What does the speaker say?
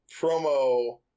promo